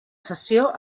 sessió